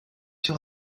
sur